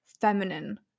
feminine